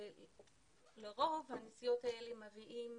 לרוב הנסיעות האלה מביאים